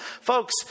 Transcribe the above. Folks